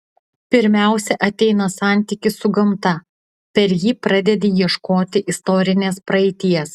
pirmiausia ateina santykis su gamta per jį pradedi ieškoti istorinės praeities